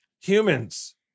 humans